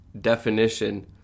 definition